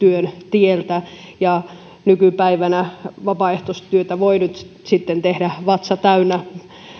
tieltä nykypäivänä vapaaehtoistyötä voi nyt sitten tehdä vatsa täynnä